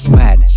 mad